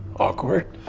awkward.